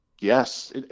yes